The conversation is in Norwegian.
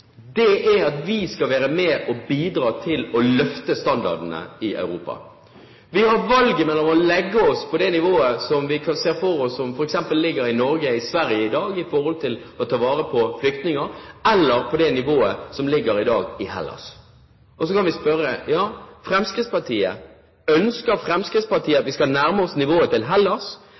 og bidra til å løfte standardene i Europa. Vi har valget mellom å legge oss på det nivået vi kan se for oss at det ligger på i Norge og Sverige i dag når det gjelder å ta vare på flyktninger, eller på det nivået det ligger på i Hellas i dag. Så kan vi spørre: Ønsker Fremskrittspartiet at vi skal nærme oss nivået til